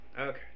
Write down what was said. Okay